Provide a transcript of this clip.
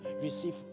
receive